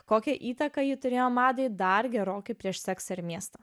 kokią įtaką ji turėjo madai dar gerokai prieš seksą ir miestą